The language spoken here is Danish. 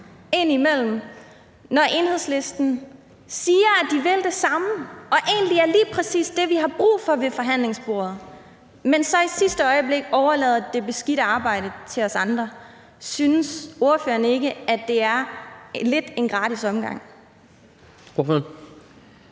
indimellem, når Enhedslisten siger, at de vil det samme, som egentlig er lige præcis det, vi har brug for ved forhandlingsbordet, men så i sidste øjeblik overlader det beskidte arbejde til os andre. Synes ordføreren ikke, at det er lidt af en gratis omfang?